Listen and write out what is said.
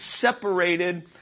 separated